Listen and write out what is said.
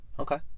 Okay